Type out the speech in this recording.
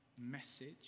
message